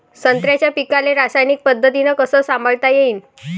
संत्र्याच्या पीकाले रासायनिक पद्धतीनं कस संभाळता येईन?